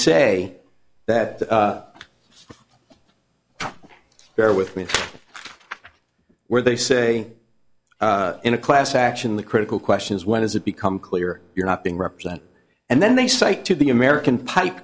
say that they're with me where they say in a class action the critical question is when does it become clear you're not being represented and then they say to the american